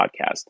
podcast